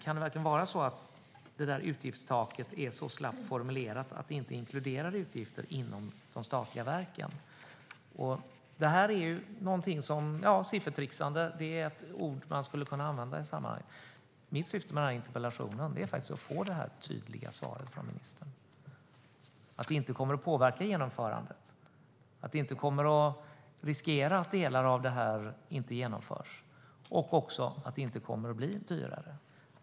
Kan det verkligen vara så att utgiftstaket är så slappt formulerat att det inte inkluderar utgifter inom de statliga verken? Siffertrixande är ett ord man skulle kunna använda i sammanhanget. Mitt syfte med den här interpellationen är faktiskt att få det tydliga svaret från ministern att det inte kommer att påverka genomförandet, att det inte kommer att riskera att delar av det här inte genomförs och även att det inte kommer att bli dyrare.